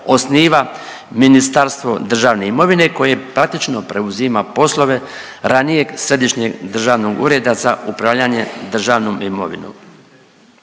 osniva Ministarstvo državne imovine koje praktično preuzima poslove ranijeg Središnjeg državnog ureda za upravljanje državnom imovinom.